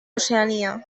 oceania